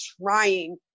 trying